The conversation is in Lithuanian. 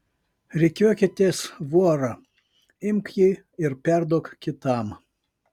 rikiuokitės vora imk jį ir perduok kitam